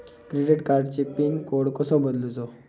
Credit कार्डची pin code कसो बदलुचा?